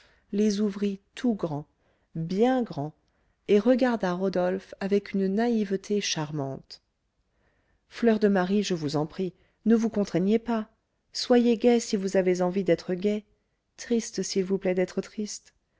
les ouvrit tout grands bien grands et regarda rodolphe avec une naïveté charmante fleur de marie je vous en prie ne vous contraignez pas soyez gaie si vous avez envie d'être gaie triste s'il vous plaît d'être triste